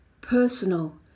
personal